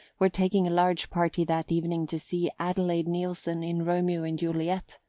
were taking a large party that evening to see adelaide neilson in romeo and juliet,